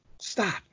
Stop